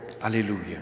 Alleluia